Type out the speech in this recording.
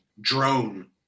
Drone